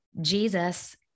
Jesus